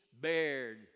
bared